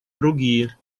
другие